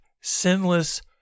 sinless